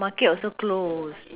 mm ya ya ya